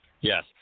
Yes